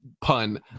pun